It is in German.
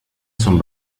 zum